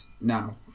now